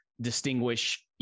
distinguish